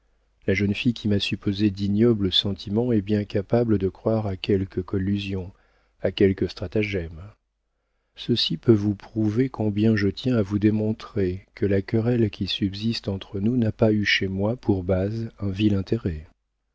la jeune fille qui m'a supposé d'ignobles sentiments est bien capable de croire à quelque collusion à quelque stratagème ceci peut vous prouver combien je tiens à vous démontrer que la querelle qui subsiste entre nous n'a pas eu chez moi pour base un vil intérêt